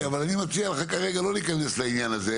אני מציע לך לא להיכנס לעניין הזה,